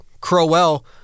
Crowell